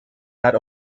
not